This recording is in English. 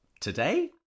today